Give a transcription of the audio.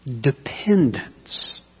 dependence